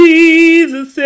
Jesus